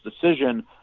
decision